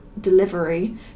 delivery